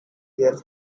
their